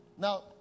Now